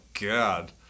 God